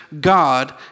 God